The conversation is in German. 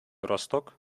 rostock